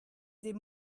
des